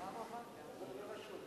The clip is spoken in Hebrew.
אני צריך להגיב עליו?